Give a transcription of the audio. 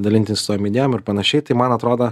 dalintis tom idėjom ir panašiai tai man atrodo